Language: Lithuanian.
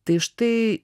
tai štai